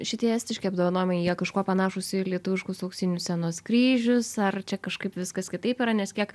šitie estiški apdovanojimai jie kažkuo panašūs į lietuviškus auksinius scenos kryžius ar čia kažkaip viskas kitaip yra nes kiek